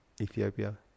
Ethiopia